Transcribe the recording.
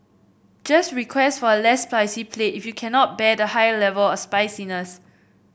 just request for a less spicy plate if you cannot bear high level of spiciness